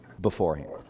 Beforehand